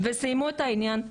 וסיימו את העניין.